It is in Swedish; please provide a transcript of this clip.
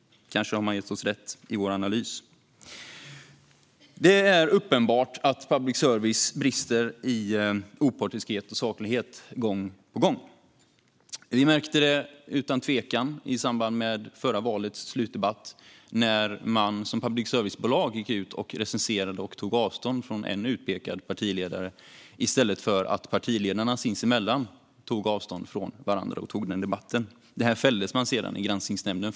Kanske har man gett oss rätt i vår analys. Det är uppenbart att public service gång på gång brister i opartiskhet och saklighet. Vi märkte det utan tvekan i samband med förra valets slutdebatt, när man som public service-bolag gick ut och tog avstånd från en utpekad partiledare i stället för att partiledarna sinsemellan tog avstånd från varandra och tog debatten. Detta fälldes man sedan för i Granskningsnämnden.